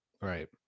Right